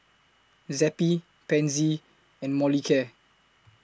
Zappy Pansy and Molicare